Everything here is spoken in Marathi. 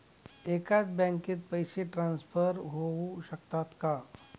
एकाच बँकेत पैसे ट्रान्सफर होऊ शकतात का?